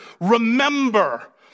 remember